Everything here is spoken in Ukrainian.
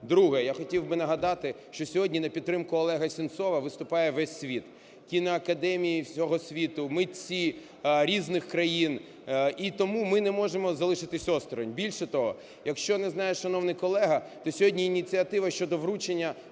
Друге. Я хотів би нагадати, що сьогодні на підтримку Олега Сенцова виступає весь світ: кіноакадемії всього світу, митці різних країн, – і тому ми не можемо залишитися осторонь. Більше того, якщо не знає шановний колега, то сьогодні ініціатива щодо вручення